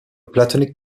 platonic